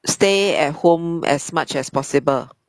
stay at home as much as possible